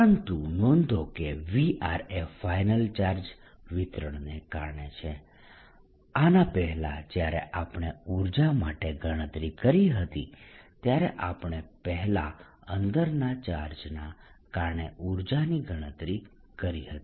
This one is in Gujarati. પરંતુ નોંધો કે V એ ફાઇનલ ચાર્જ વિતરણને કારણે છે આના પહેલા જ્યારે આપણે ઉર્જા માટે ગણતરી કરી હતી ત્યારે આપણે પહેલા અંદરના ચાર્જના કારણે ઉર્જાની ગણતરી કરી હતી